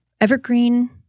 evergreen